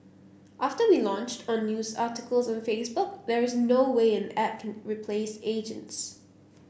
after we launched on news articles on Facebook there's no way an app can replace agents